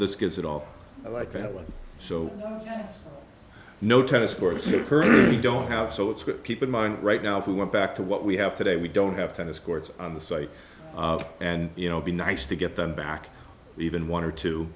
this gives it all like that one so no tennis court currently don't have so it's good keep in mind right now if we went back to what we have today we don't have tennis courts on the site and you know be nice to get them back even one or two